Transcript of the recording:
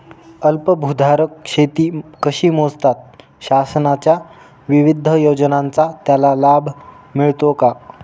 अल्पभूधारक शेती कशी मोजतात? शासनाच्या विविध योजनांचा त्याला लाभ मिळतो का?